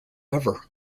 ever